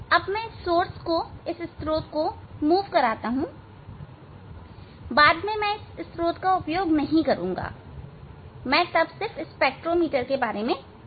अब मैं स्त्रोत को हिलाता हूं बाद में मैं इस स्त्रोत का उपयोग नहीं करूंगा मैं सिर्फ स्पेक्ट्रोमीटर के बारे में चर्चा करना चाहता हूं